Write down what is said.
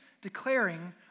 declaring